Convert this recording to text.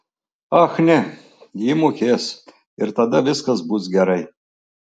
ach ne ji mokės ir tada viskas bus gerai